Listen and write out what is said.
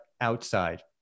outside